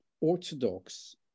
Orthodox